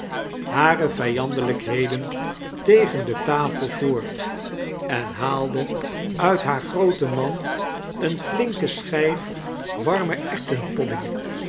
hare vrjandelijkheden tegen de tafel voort en haalde uit haar groote maind een flinke schijf warmen